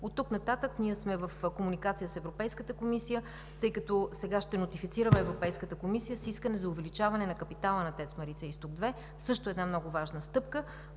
Оттук нататък ние сме в комуникация с Европейската комисия, тъй като сега ще нотифицираме Европейската комисия с искане за увеличаване на капитала на ТЕЦ „Марица-изток 2“ – също една много важна стъпка,